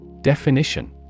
Definition